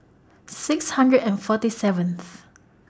six hundred and forty seventh